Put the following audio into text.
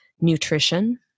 nutrition